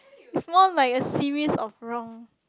is more like a serious of wrong